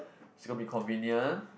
it's gonna be convenient